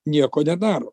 nieko nedaro